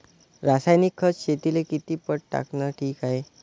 रासायनिक खत शेतीले किती पट टाकनं ठीक हाये?